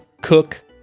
cook